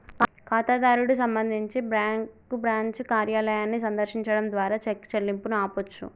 ఖాతాదారుడు సంబంధించి bank branch కార్యాలయాన్ని సందర్శించడం ద్వారా చెక్ చెల్లింపును ఆపొచ్చు